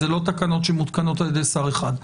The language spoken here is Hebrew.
זה לא תקנות שמותקנות על ידי שר אחד,